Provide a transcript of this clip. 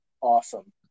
awesome